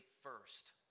first